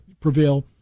prevail